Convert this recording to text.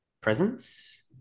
presence